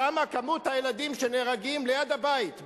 שם מספר הילדים שנהרגים ליד הבית,